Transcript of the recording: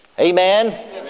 Amen